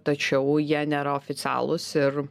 tačiau jie nėra oficialūs ir